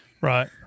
right